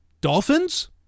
dolphins